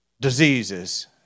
diseases